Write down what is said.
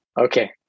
okay